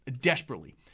desperately